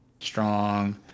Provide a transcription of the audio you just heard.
strong